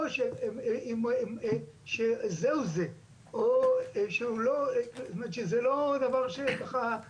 שש שנים היינו בבית משפט עם הוצאה כספית